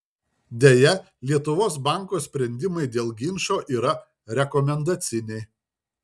deja lietuvos banko sprendimai dėl ginčų yra rekomendaciniai